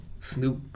Snoop